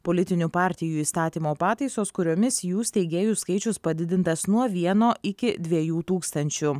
politinių partijų įstatymo pataisos kuriomis jų steigėjų skaičius padidintas nuo vieno iki dviejų tūkstančių